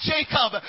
Jacob